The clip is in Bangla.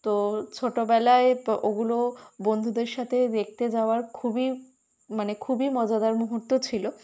তো ছোটোবেলায় তো ওগুলো বন্ধুদের সাথে দেখতে যাওয়ার খুবই মানে খুবই মজাদার মুহূর্ত ছিল